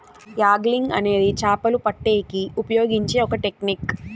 angling అనేది చాపలు పట్టేకి ఉపయోగించే ఒక టెక్నిక్